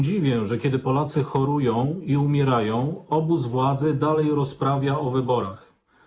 Dziwię się, że kiedy Polacy chorują i umierają, obóz władzy dalej rozprawia o wyborach.